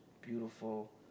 beautiful